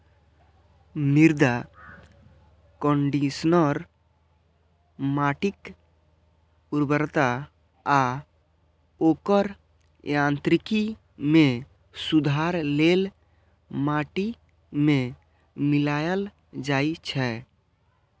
मृदा कंडीशनर माटिक उर्वरता आ ओकर यांत्रिकी मे सुधार लेल माटि मे मिलाएल जाइ छै